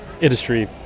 industry